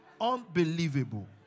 Unbelievable